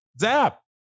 Zap